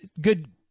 good